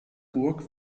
burg